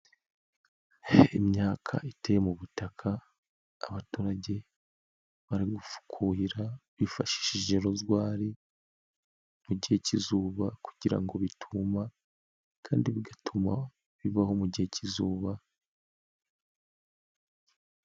Imyaka iteye mu butaka, abaturage bari kuhira bifashishije ruzwari mu gihe cyizuba, kugira ngo bituma, kandi bigatuma bibaho mu gihe cy'izuba.